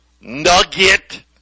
nugget